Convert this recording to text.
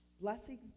Blessings